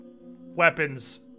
weapons